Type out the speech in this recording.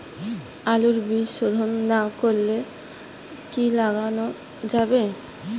আলুর বীজ শোধন না করে কি লাগানো যাবে?